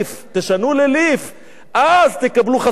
תשנו לליף, אז תקבלו חסינות.